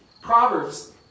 Proverbs